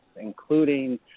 including